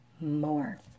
more